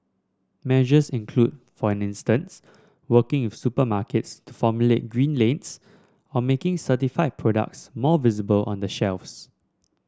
measures include for an instance working if supermarkets to formulate green lanes or making certified products more visible on the shelves